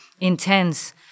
intense